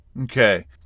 Okay